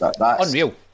unreal